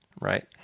right